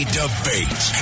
debate